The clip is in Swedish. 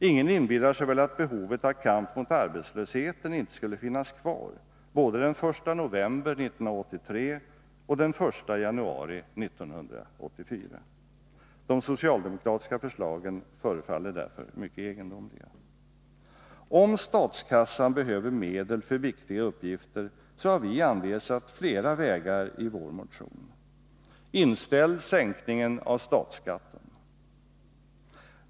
Ingen inbillar sig väl att behovet av kamp mot arbetslösheten inte skulle finnas kvar både den 1 november 1983 och den 1 januari 1984. De socialdemokratiska förslagen förefaller därför mycket egendomliga. Om statskassan behöver medel för viktiga uppgifter, har vi anvisat flera vägar i vår motion: Inställ sänkningen av statsskatten!